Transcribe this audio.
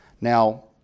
Now